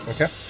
Okay